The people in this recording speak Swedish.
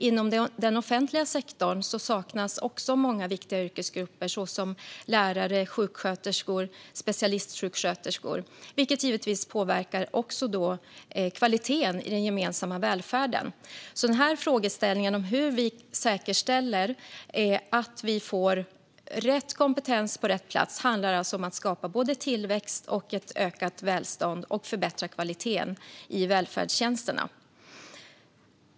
Inom den offentliga sektorn saknas också personal inom många viktiga yrkesgrupper såsom lärare, sjuksköterskor och specialistsjuksköterskor, vilket givetvis påverkar kvaliteten i den gemensamma välfärden. Frågeställningen om hur vi säkerställer att vi får rätt kompetens på rätt plats handlar alltså om att skapa tillväxt och ökat välstånd och om att förbättra kvaliteten i välfärdstjänsterna.